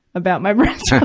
about my breasts.